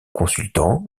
consultant